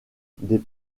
des